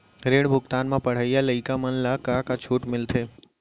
ऋण भुगतान म पढ़इया लइका मन ला का का छूट मिलथे?